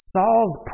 Saul's